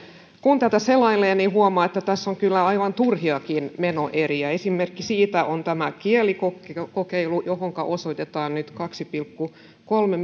kun tätä selailee huomaa että tässä on kyllä aivan turhiakin menoeriä esimerkki siitä on tämä kielikokeilu johonka osoitetaan nyt kaksi pilkku kolme